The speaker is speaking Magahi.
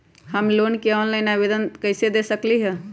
हम लोन के ऑनलाइन आवेदन कईसे दे सकलई ह?